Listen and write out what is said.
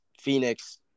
Phoenix –